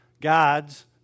God's